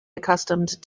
accustomed